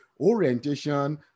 orientation